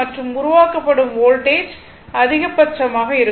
மற்றும் உருவாக்கப்படும் வோல்டேஜ் அதிகபட்சமாக இருக்கும்